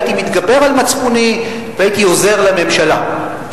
הייתי מתגבר על מצפוני והייתי עוזר לממשלה.